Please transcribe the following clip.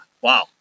wow